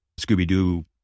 Scooby-Doo